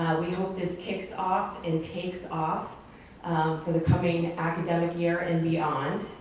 we hope this kicks off and takes off for the coming academic year and beyond.